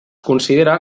considera